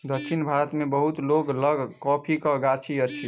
दक्षिण भारत मे बहुत लोक लग कॉफ़ीक गाछी अछि